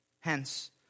Hence